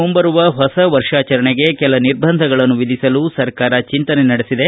ಮುಂಬರುವ ಹೊಸ ವರ್ಷಾಚರಣೆಗೆ ಕೆಲ ನಿರ್ಬಂಧಗಳನ್ನು ವಿಧಿಸಲು ಸರ್ಕಾರ ಚಿಂತನೆ ನಡೆಸಿದೆ